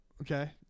okay